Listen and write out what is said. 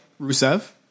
Rusev